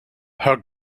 her